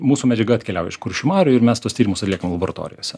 mūsų medžiaga atkeliauja iš kuršių marių ir mes tuos tyrimus atliekam laboratorijose